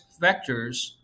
vectors